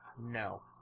No